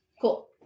cool